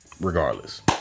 regardless